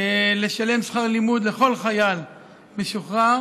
לשלם שכר לימוד לכל חייל משוחרר